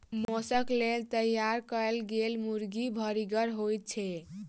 मौसक लेल तैयार कयल गेल मुर्गी भरिगर होइत छै